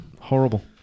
Horrible